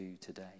today